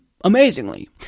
amazingly